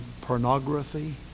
pornography